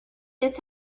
this